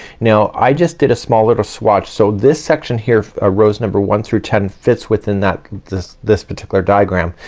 now i just did a small little swatch. so this section here ah rows number one through ten fits within that this, this particular diagram,